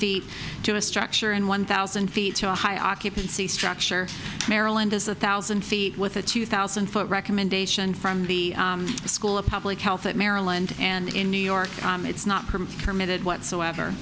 feet to a structure and one thousand feet to a high occupancy structure maryland is a thousand feet with a two thousand foot recommendation from the school of public health at maryland and in new york it's not permitted whatsoever